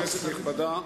כנסת נכבדה,